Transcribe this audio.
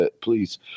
Please